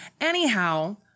Anyhow